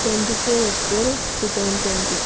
twenty four April two thousand twenty